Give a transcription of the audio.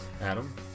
Adam